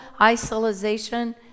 isolation